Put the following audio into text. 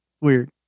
Weird